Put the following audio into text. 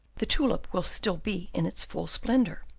the tulip will still be in its full splendour.